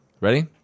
Ready